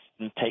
take